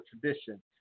tradition